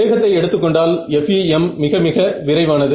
வேகத்தை எடுத்துக்கொண்டால் FEM மிக மிக விரைவானது